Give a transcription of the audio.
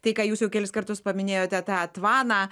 tai ką jūs jau kelis kartus paminėjote tą tvaną